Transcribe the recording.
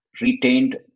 retained